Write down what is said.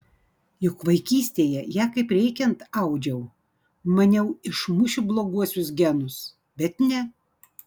juk vaikystėje ją kaip reikiant audžiau maniau išmušiu bloguosius genus bet ne